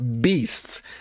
beasts